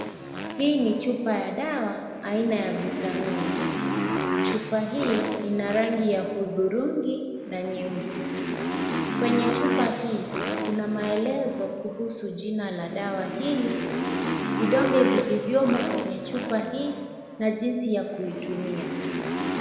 Hii ni chupa ya dawa aina ya vitamin, chupa hii ina rangi ya hudhurungi na nyeusi . Kwenye chupa hii kuna maelezo kuhusu jina la dawa hili, vidonge vilivyomo kwenye chupa hii na jinsi ya kuitumia.